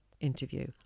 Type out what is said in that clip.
interview